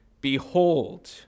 Behold